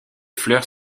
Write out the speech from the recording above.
fleurs